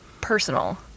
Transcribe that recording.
personal